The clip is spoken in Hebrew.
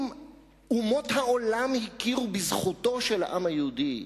אומות העולם הכירו בזכותו של העם היהודי